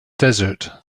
desert